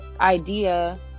idea